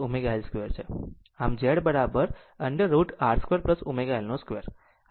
આમ Z Z √ over R 2 ω L 2